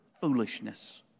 foolishness